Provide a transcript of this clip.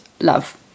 love